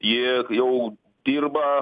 ji jau dirba